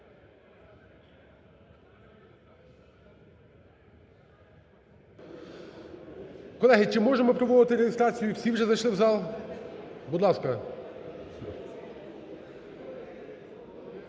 Колеги, чи можемо проводити реєстрацію? Всі вже зайшли в зал? Будь ласка,